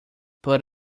but